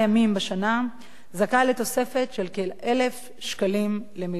זכאי לתוספת של כ-1,000 שקלים למלגת פר"ח.